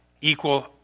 equal